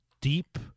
deep